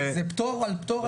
זה פטור על פטור על פטור.